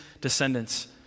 descendants